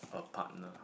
a partner